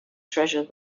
treasure